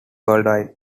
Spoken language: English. worldwide